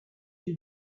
elle